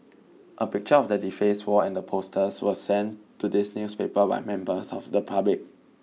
a picture of the defaced wall and the posters was sent to this newspaper by members of the public